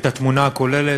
את התמונה הכוללת,